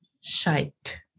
shite